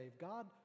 God